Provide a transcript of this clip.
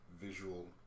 visual